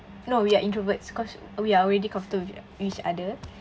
no we are introverts cause we are already comfortable with each other